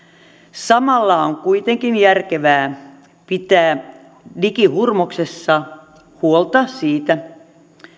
samalla on kuitenkin järkevää pitää digihurmoksessa huolta siitä